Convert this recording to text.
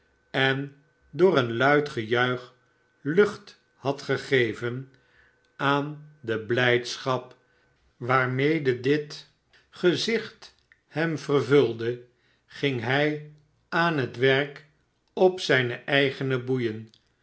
en door een uid gejuich lucht had gegeven aan de blijdschap waarmede dit barnaby en zijn vader gezicht hem vervulde ging hij aan het werk op zijne eigene boeien